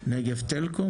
נגב טלקום.